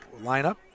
lineup